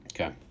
Okay